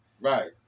Right